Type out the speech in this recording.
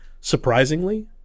Surprisingly